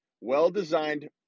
well-designed